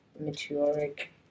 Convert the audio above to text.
meteoric